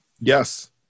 Yes